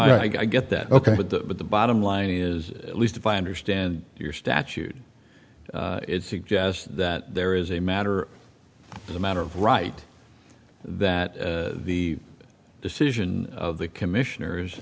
w i get that ok but the bottom line is at least if i understand your statute it suggests that there is a matter of a matter of right that the decision of the commissioners